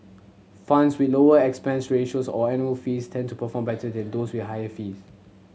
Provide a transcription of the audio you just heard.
funds with lower expense ratios or annual fees tend to perform better than those with higher fees